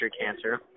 cancer